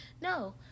no